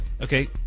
Okay